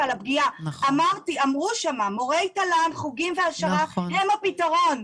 אמרתי שמורי תל"ן הם הפתרון,